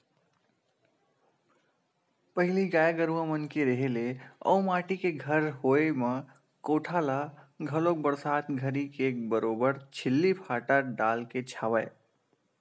पहिली गाय गरुवा मन के रेहे ले अउ माटी के घर होय म कोठा ल घलोक बरसात घरी के बरोबर छिल्ली फाटा डालके छावय